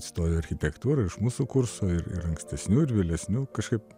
stojo į architektūrą ir iš mūsų kurso ir ankstesnių ir vėlesnių kažkaip